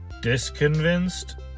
disconvinced